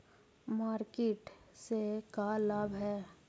Market से का लाभ है?